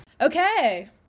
okay